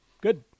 Good